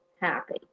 happy